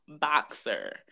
boxer